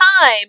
time